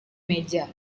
meja